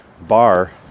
bar